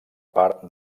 part